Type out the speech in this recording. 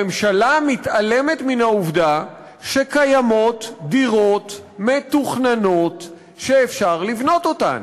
הממשלה מתעלמת מן העובדה שקיימות דירות מתוכננות שאפשר לבנות אותן.